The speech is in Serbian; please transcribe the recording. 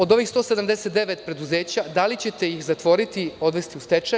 Od ovih 179 preduzeća, da li ćete ih zatvoriti, odvesti u stečaj.